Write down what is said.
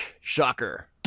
Shocker